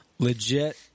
Legit